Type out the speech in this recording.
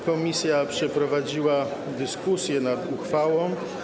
Komisja przeprowadziła dyskusję nad uchwałą.